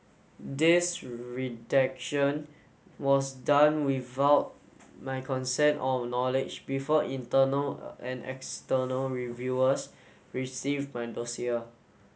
this redaction was done without my consent or knowledge before internal and external reviewers received my dossier